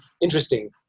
interesting